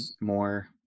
more